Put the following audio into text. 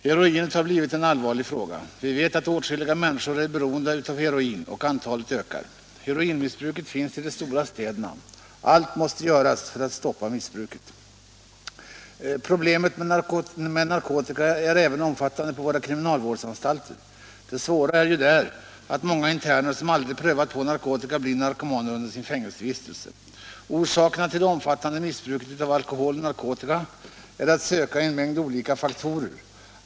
Heroinet har blivit en allvarlig fråga. Vi vet att åtskilliga människor är beroende av heroin, och antalet ökar. Heroinmissbruket finns i de stora städerna. Allt måste göras för att stoppa missbruket. Problemet med narkotika är även omfattande på våra kriminalvårdsanstalter. Det svåra är ju där att många interner som aldrig prövat på narkotika blir narkomaner under sin fängelsevistelse. Orsakerna till det omfattande missbruket av alkohol och narkotika är att söka i en mängd olika faktorer.